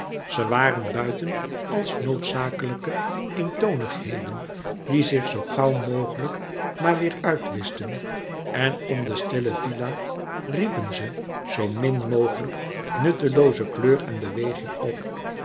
ze waren buiten als noodzakelijke eentonigheden die zich zoo gauw mogelijk maar weêr uitwischten en om de stille villa riepen ze zoo min mogelijk nuttelooze kleur en beweging op